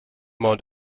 mount